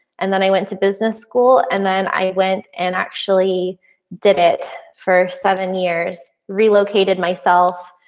and then i went to business school and then i went and actually did it for seven years. relocated myself,